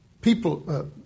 People